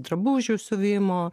drabužių siuvimo